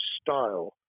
style